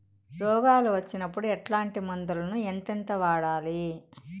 రోగాలు వచ్చినప్పుడు ఎట్లాంటి మందులను ఎంతెంత వాడాలి?